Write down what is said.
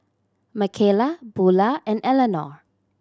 Makayla Bulah and Eleanor